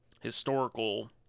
historical